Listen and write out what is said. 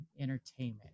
entertainment